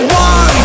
one